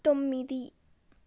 తొమ్మిది